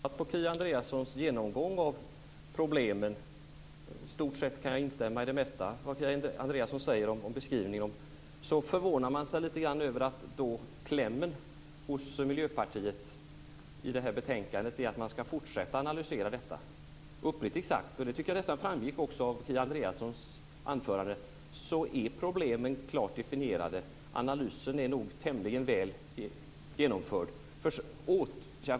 Herr talman! Efter att jag har lyssnat på Kia Andreassons genomgång av problemen kan jag i stort sett instämma i det mesta av hennes beskrivning. Men jag förvånas lite över Miljöpartiets kläm i detta betänkande, att man skall fortsätta analysera detta. Uppriktigt sagt, vilket jag nästan tycker framgick av Kia Andreassons anförande, är problemen klart definierade och analysen nog tämligen väl genomförd.